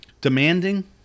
Demanding